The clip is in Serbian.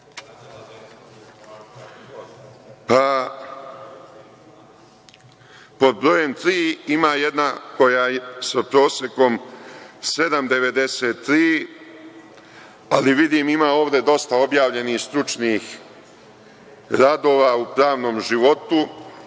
pa pod brojem tri ima jedna koja je sa prosekom 7,93, ali vidim ima ovde dosta objavljenih stručnih radova u pravnom životu,